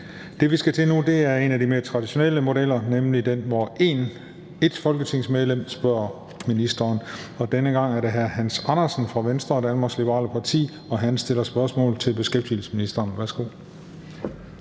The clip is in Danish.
Det, vi skal til nu, er en af de mere traditionelle modeller, nemlig den, hvor ét folketingsmedlem spørger ministeren. Denne gang er det hr. Hans Andersen fra Venstre, Danmarks Liberale Parti, og han stiller spørgsmål (spm. nr. S 268) til beskæftigelsesministeren. Kl.